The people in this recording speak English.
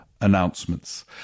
announcements